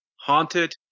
Haunted